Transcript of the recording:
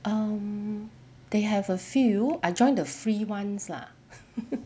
um they have a few I joined the free ones lah